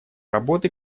работы